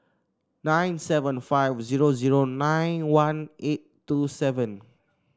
nine seven five zero zero nine one eight two seven